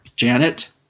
Janet